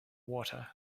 water